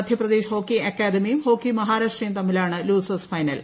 Madhya Pradesh hockey അക്കാദമിയും ഹോക്കിമഹാരാഷ്ട്രയും തമ്മിലാണ് ലൂസേഴ്സ് ഫൈനൽ